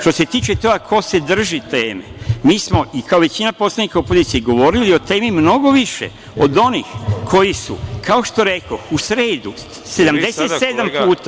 Što se tiče toga ko se drži teme, mi smo i kao većina poslanika opozicije govorili o temi mnogo više od onih koji su, kao što rekoh, u sredu 77 puta…